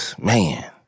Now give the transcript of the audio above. Man